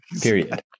period